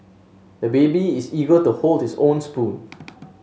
the baby is eager to hold his own spoon